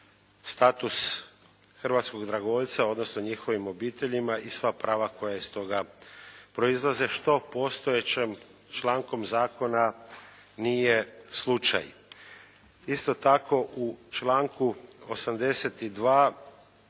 status hrvatskog dragovoljca, odnosno njihovim obiteljima i sva prava koja iz toga proizlaze, što postojećim člankom Zakona nije slučaj. Isto tako u članku 82.